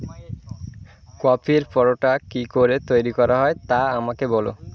কপির পরোটা কী করে তৈরি করা হয় তা আমাকে বলো